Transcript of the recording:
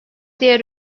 diğer